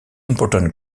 important